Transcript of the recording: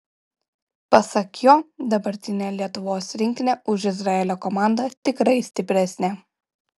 pasak jo dabartinė lietuvos rinktinė už izraelio komandą tikrai stipresnė